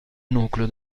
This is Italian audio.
nucleo